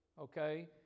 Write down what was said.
okay